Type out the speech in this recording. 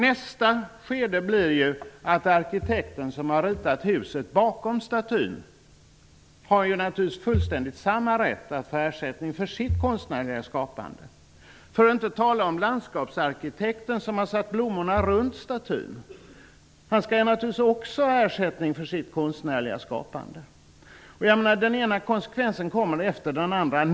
Nästa steg blir att arkitekten som har ritat huset bakom statyn naturligtvis har lika stor rätt att få ersättning för sitt konstnärliga skapande. För att inte tala om landskapsarkitekten, som har satt blommorna runt statyn -- naturligtvis skall också han ha ersättning för sitt konstnärliga skapande. Den ena konsekvensen följer på den andra.